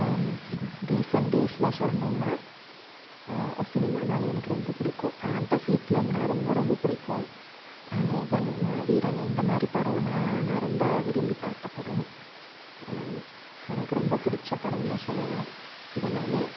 recent டேஸில் சொல்லணுன்னா சினிமானாலே எனக்கு ரொம்ப பிடிக்கும் பேண்டஸி ஃபிலிம்னால் ரொம்ப ரொம்ப பிடிக்கும் அநேகன் மாவீரன் இந்த மாதிரி படலாம் நான் ரொம்ப விரும்பி பார்த்த படம் எனக்கு ரொம்ப பிடுச்ச படன்னும் சொல்லலாம் இதெல்லாமே